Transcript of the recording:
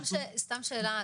סתם שאלה,